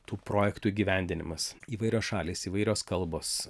tų projektų įgyvendinimas įvairios šalys įvairios kalbos